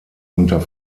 unter